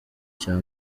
cya